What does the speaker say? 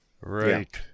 Right